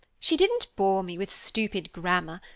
she didn't bore me with stupid grammar,